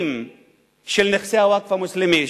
נאמנים של נכסי הווקף המוסלמי.